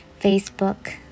Facebook